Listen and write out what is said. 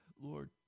Lord